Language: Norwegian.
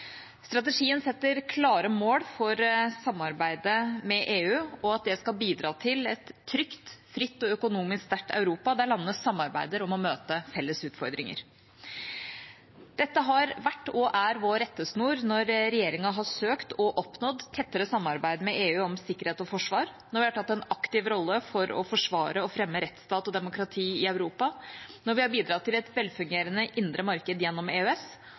Strategien setter klare mål om at samarbeidet med EU skal bidra til et trygt, fritt og økonomisk sterkt Europa, der landene samarbeider om å møte felles utfordringer. Dette har vært og er vår rettesnor når regjeringa har søkt – og oppnådd – tettere samarbeid med EU om sikkerhet og forsvar, når vi har tatt en aktiv rolle for å forsvare og fremme rettsstat og demokrati i Europa, når vi har bidratt til et velfungerende indre marked gjennom EØS,